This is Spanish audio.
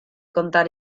contar